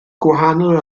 gwahanol